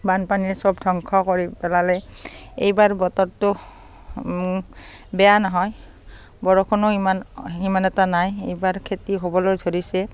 বানপানীয়ে চব ধ্বংস কৰি পেলালে এইবাৰ বতৰটো বেয়া নহয় বৰষুণো ইমান সিমান এটা নাই এইবাৰ খেতি হ'বলৈ ধৰিছে